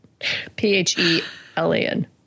P-H-E-L-A-N